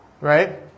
Right